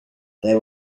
there